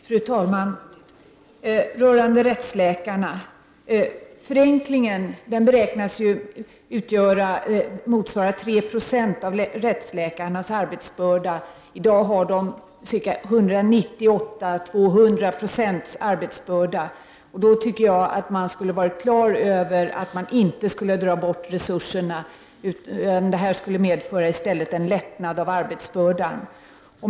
Fru talman! Några ord om rättsläkarna. Förenklingen beräknas ju utgöra ungefär 3 70 av rättsläkarnas arbetsbörda. I dag har de ca 198-200 26 arbetsbörda. Då tycker jag att man skulle vara klar över att man inte skall dra bort resurserna. Det här skulle i stället medföra en lättnad av arbetsbördan.